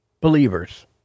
believers